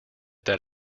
that